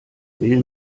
will